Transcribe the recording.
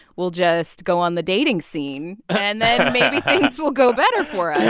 we'll just go on the dating scene, and then maybe things will go better for us